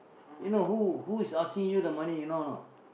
you know who who is asking you the money you know or not